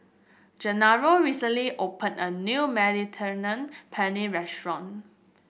Genaro recently opened a new Mediterranean Penne Restaurant